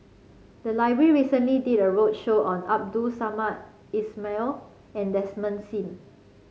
the library recently did a roadshow on Abdul Samad Ismail and Desmond Sim